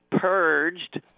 purged